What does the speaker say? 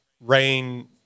rain